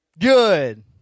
Good